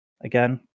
Again